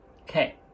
Okay